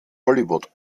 hollywood